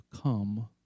come